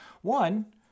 one